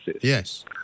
Yes